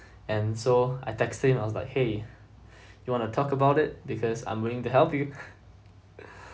and so I texted him I was like !hey! you wanna talk about it because I'm willing to help you